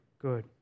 Good